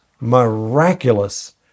miraculous